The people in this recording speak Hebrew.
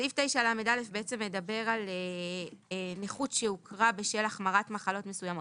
סעיף 9לא מדבר על נכות שהוכרה בשל החמרת מחלות מסוימות,